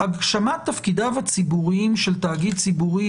"הגשמת תפקידיו הציבוריים של תאגיד ציבורי,